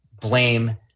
blame